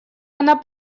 она